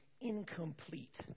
incomplete